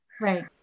right